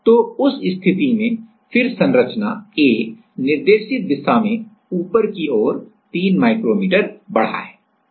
तो उस स्थिति में फिर संरचनाA निर्देशित दिशा में ऊपर की ओर 3 माइक्रोमीटर बढ़ा है